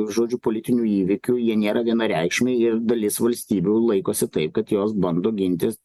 žodžiu politinių įvykių jie nėra vienareikšmiai ir dalis valstybių laikosi taip kad jos bando gintis